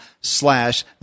slash